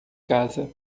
casa